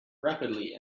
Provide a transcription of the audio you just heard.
rapidly